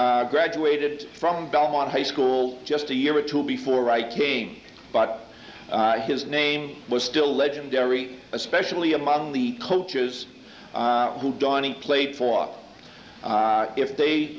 e graduated from belmont high school just a year or two before i came but his name was still legendary especially among the coaches who dawney played for if they